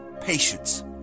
patience